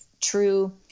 true